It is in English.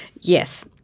Yes